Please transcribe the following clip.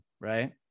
right